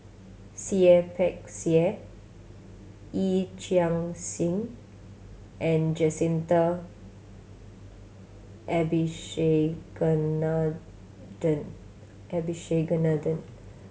Seah Peck Seah Yee Chia Hsing and Jacintha Abisheganaden Abisheganaden